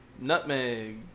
nutmeg